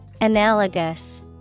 Analogous